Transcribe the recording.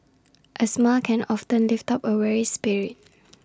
A smile can often lift up A weary spirit